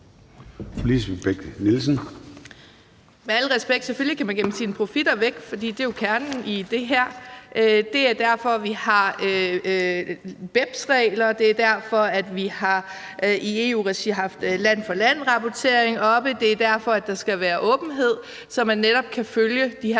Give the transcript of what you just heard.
al respekt vil jeg sige, at selvfølgelig kan man gemme sine profitter væk, for det er jo kernen i det her. Det er derfor, at vi har BEPS-regler. Det er derfor, at vi i EU-regi har haft land for land-rapportering oppe. Det er derfor, at der skal være åbenhed, så man netop kan følge de her